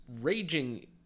raging